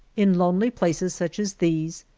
in lonely places such as these,